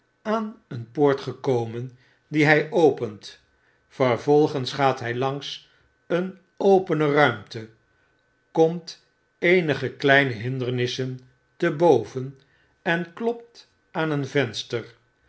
aan een poort gekomen die hy opent vervolgens gaat hij langs een opene ruimte komt eenige kleine hindermssen te boven en klopt aan een venster